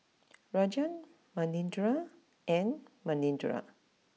Rajan Manindra and Manindra